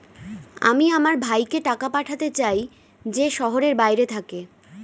আমি আমার ভাইকে টাকা পাঠাতে চাই যে শহরের বাইরে থাকে